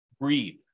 Breathe